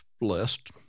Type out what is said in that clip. list